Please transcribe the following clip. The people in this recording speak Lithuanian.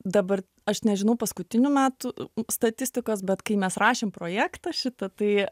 dabar aš nežinau paskutinių metų statistikos bet kai mes rašėm projektą šitą tai